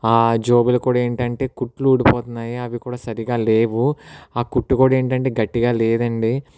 ఆ జేబులు కూడా ఏంటంటే కుట్లు ఊడిపోతున్నాయి అవి కూడా సరిగ్గా లేవు ఆ కుట్టు కూడా ఏంటంటే గట్టిగా లేదండి